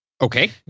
Okay